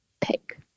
pick